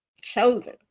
Chosen